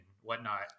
whatnot